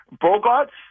Bogart's